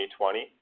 2020